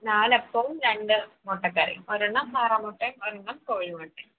നാലപ്പവും രണ്ട് മുട്ടക്കറിയും ഒരെണ്ണം താറാമുട്ടയും ഒരെണ്ണം കോഴി മുട്ടയും